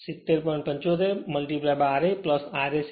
75 ra Rse 1